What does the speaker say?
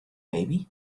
baby